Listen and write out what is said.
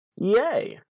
Yay